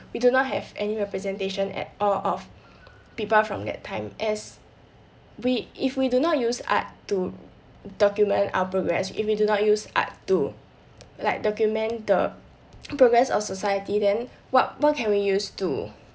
we do not have any representation at all of people from that time as we if we do not use art to document our progress if we do not use art to like document the progress of society then what more can we use to